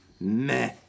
meh